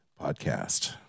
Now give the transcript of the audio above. Podcast